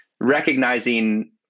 recognizing